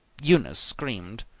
eunice screamed.